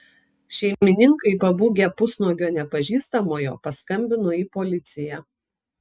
šeimininkai pabūgę pusnuogio nepažįstamojo paskambino į policiją